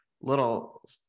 little